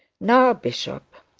now, bishop,